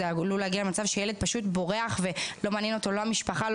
שילד יברח ולא תעניין אותו המשפחה.